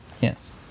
Yes